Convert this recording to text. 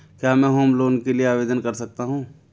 क्या मैं home loan के लिए आवेदन कर सकता हूं?